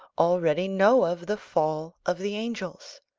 already know of the fall of the angels?